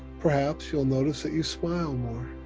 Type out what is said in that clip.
perhaps you'll notice that you smile more.